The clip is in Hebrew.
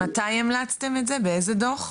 מתי המלצתם את זה באיזה דוח?